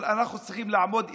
אבל אנחנו צריכים לעמוד איתנים,